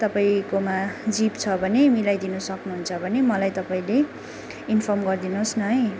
तपाईँकोमा जिप छ भने मिलाइदिनु सक्नुहुन्छ भने मलाई तपाईँले इन्फर्म गरिदिनुहोस् न है